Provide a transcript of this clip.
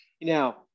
Now